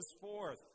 forth